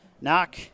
knock